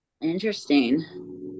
Interesting